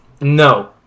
No